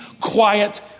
quiet